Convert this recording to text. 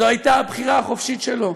זו הייתה הבחירה החופשית שלו.